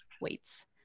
weights